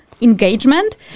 engagement